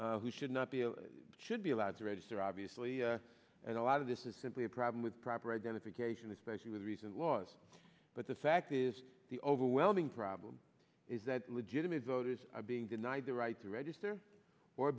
people who should not be able to be allowed to register obviously and a lot of this is simply a problem with proper identification especially with recent laws but the fact is the overwhelming problem is that legitimate voters are being denied the right to register or